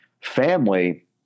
Family